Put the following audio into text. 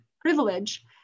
privilege